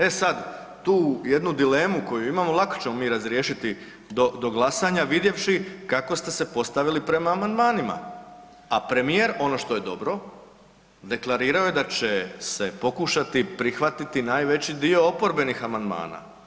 E sad, tu jednu dilemu koju imamo, lako ćemo mi razriješiti do glasanja vidjevši kako ste se postavili prema amandmanima a premijer, ono što je dobro, deklarirao je da će se pokušati prihvatiti najveći dio oporbenih amandmana.